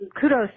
kudos